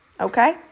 okay